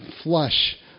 flush